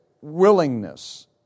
willingness